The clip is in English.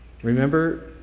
Remember